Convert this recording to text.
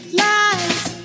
lies